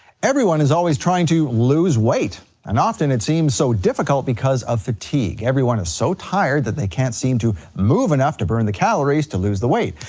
everyone is always trying to lose weight and often it seems so difficult because of fatigue, everyone is so tired that they can't seem to move enough to burn the calories to lose the weight.